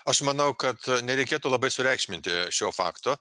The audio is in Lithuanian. aš manau kad nereikėtų labai sureikšminti šio fakto